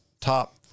top